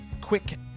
quick